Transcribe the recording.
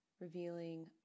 revealing